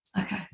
okay